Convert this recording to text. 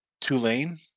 Tulane